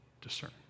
discern